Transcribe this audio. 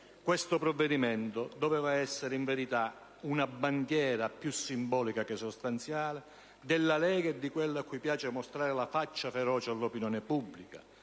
Questo provvedimento doveva essere in verità una bandiera, più simbolica che sostanziale, della Lega e di quelli a cui piace mostrare la "faccia feroce" all'opinione pubblica.